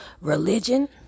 religion